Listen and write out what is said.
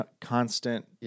constant